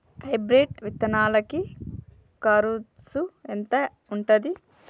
Hybrid విత్తనాలకి కరుసు ఎంత ఉంటది?